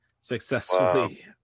successfully